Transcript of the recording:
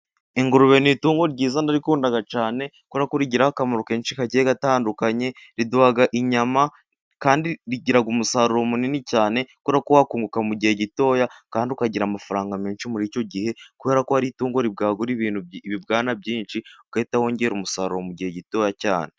Ingurube ni itungo ryiza ndarikunda cyane, kubera ko rigira akamaro kenshi kagiye gatandukanye, riduha inyama, kandi rigira umusaruro munini cyane, kubera ko wakunguka mu gihe gitoya, kandi ukagira amafaranga menshi muri icyo gihe, kubera ko ari itungo ribwagura ibibwana byinshi, ugahita wongera umusaruro mu gihe gitoya cyane.